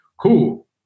cool